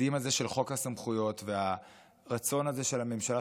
התקדים הזה של חוק הסמכויות והרצון הזה של הממשלה,